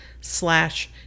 slash